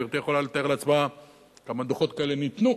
גברתי יכולה לתאר לעצמה כמה דוחות כאלה ניתנו.